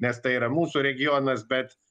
nes tai yra mūsų regionas bet